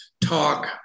talk